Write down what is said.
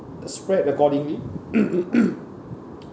uh spread accordingly